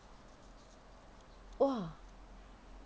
!wah!